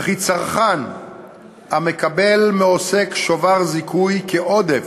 וכי צרכן המקבל מעוסק שובר זיכוי כעודף,